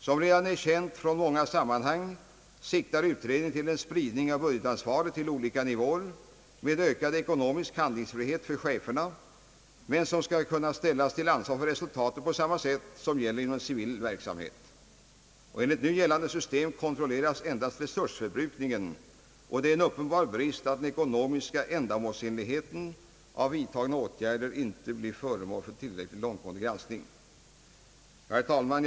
Som redan är känt från många sammanhang siktar utredningen till en spridning av budgetansvaret till olika nivåer med ökad ekonomisk handlingsfrihet för cheferna, vilka dock skall kunna ställas till ansvar för resultatet på samma sätt som gäller inom civil verksamhet. Enligt nu gällande system kontrolleras endast resursförbrukningen, och det är en uppenbar brist att den ekonomiska ändamålsenligheten av vidtagna åtgärder inte blir föremål för tillräckligt långtgående granskning. Herr talman!